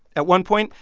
at one point,